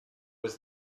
was